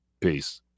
peace